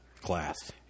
class